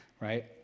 right